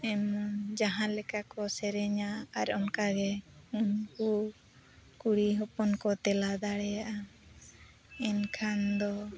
ᱮᱢᱚᱱ ᱡᱟᱦᱟᱸ ᱞᱮᱠᱟ ᱠᱚ ᱥᱮᱨᱮᱧᱟ ᱟᱨ ᱚᱱᱠᱟᱜᱮ ᱩᱱᱠᱩ ᱠᱩᱲᱤ ᱦᱚᱯᱚᱱ ᱠᱚ ᱛᱮᱞᱟ ᱫᱟᱲᱮᱭᱟᱜᱼᱟ ᱮᱱᱠᱷᱟᱱ ᱫᱚ